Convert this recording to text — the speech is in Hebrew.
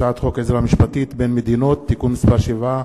הצעת חוק עזרה משפטית בין מדינות (תיקון מס' 7),